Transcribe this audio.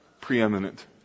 preeminent